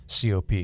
COP